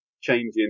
changing